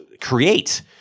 create